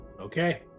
Okay